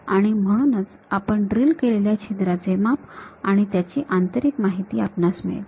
आणि म्हणूनच आपण ड्रिल केलेल्या छिद्राचे माप आणि त्याची आंतरिक माहिती आपणास मिळेल